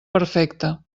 perfecte